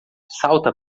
salta